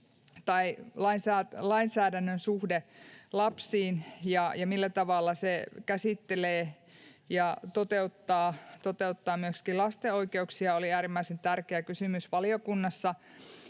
ja lainsäädännön suhde lapsiin ja se, millä tavalla se käsittelee ja toteuttaa myöskin lasten oikeuksia, oli äärimmäisen tärkeä kysymys valiokunnassa.